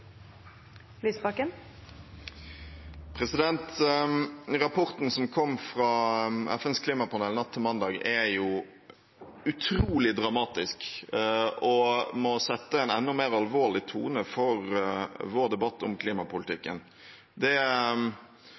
Rapporten som kom fra FNs klimapanel natt til mandag, er utrolig dramatisk og må sette en enda mer alvorlig tone for vår debatt om klimapolitikken. Det